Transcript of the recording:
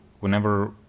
whenever